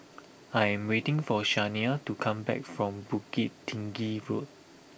I am waiting for Shania to come back from Bukit Tinggi Road